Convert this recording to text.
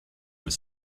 were